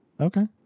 okay